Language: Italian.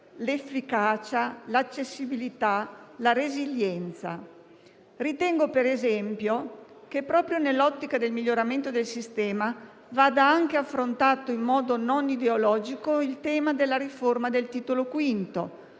l'efficacia, l'accessibilità e la resilienza. Ritengo - per esempio - che, proprio nell'ottica del miglioramento del sistema, vada anche affrontato in modo non ideologico il tema della riforma del Titolo V